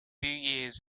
years